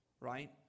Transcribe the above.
right